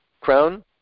crown